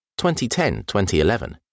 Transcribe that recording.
2010-2011